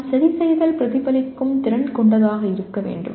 நான் சரிசெய்தல் பிரதிபலிக்கும் திறன் கொண்டதாக இருக்க வேண்டும்